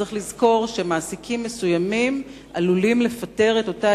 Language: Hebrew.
צריך לזכור שמעסיקים מסוימים עלולים לפטר את אותה